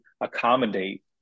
accommodate